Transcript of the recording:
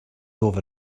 over